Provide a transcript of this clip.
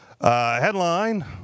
Headline